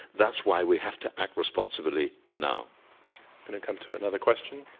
that's why we have to act responsibly now. going to come to another question.